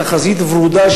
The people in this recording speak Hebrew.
תחזית ורודה,